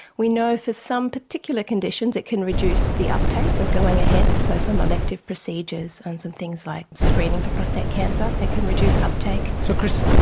we know for some particular conditions it can reduce the uptake of going ahead. so some elective procedures on some things like screening for prostate cancer, it can reduce uptake. so chris,